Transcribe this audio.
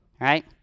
right